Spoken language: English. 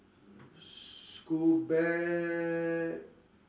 school bag